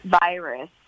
virus